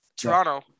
Toronto